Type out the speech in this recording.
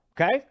Okay